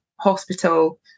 hospital